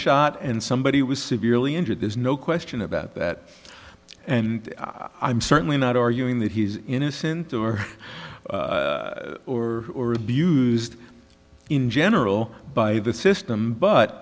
shot and somebody was severely injured there's no question about that and i'm certainly not arguing that he's innocent or or or abused in general by the system but